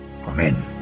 Amen